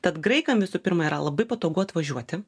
tad graikam visų pirma yra labai patogu atvažiuoti